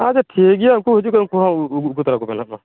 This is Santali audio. ᱟᱫᱚ ᱴᱷᱤᱠᱜᱮᱭᱟ ᱩᱱᱠᱩ ᱠᱚ ᱦᱤᱡᱩᱜ ᱠᱷᱟᱱ ᱩᱱᱠᱩᱦᱚᱸ ᱟᱹᱜᱩ ᱛᱚᱨᱟ ᱠᱚᱵᱮᱱ ᱦᱟᱸᱜ ᱢᱟ